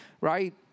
right